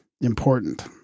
important